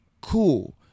cool